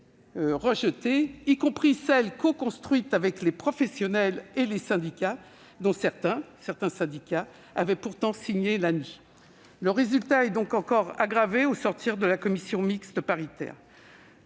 rejetées, y compris celles qui avaient été coconstruites avec les professionnels et les syndicats, dont certains avaient pourtant signé l'ANI. Le résultat est encore aggravé au sortir de la commission mixte paritaire.